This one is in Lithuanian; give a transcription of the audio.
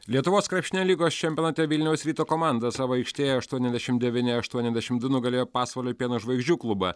lietuvos krepšinio lygos čempionate vilniaus ryto komanda savo aikštėje aštuoniasdešim devyni aštuoniasdešim du nugalėjo pasvalio pieno žvaigždžių klubą